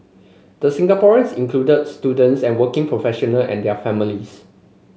the Singaporeans included students and working professional and their families